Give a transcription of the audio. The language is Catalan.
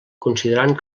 considerant